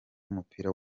w’umupira